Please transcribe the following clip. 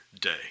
day